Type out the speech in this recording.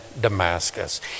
Damascus